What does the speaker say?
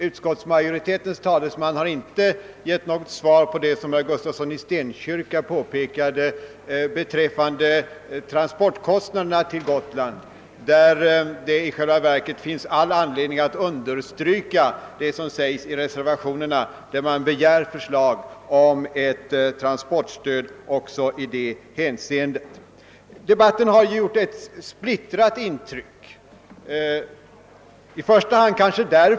Utskottsmajoritetens talesman har inte gett något svar på vad herr Gustafsson i Stenkyrka sade om transportkostnaderna för Gotland. Det finns anledning att understryka reservanternas begäran om ett transportstöd även i detta hänseende. Debatten har emellertid trots allt gjort ett splittrat intryck. En orsak är kanske att.